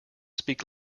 speak